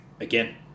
again